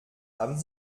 haben